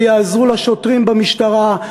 שיעזרו לשוטרים במשטרה,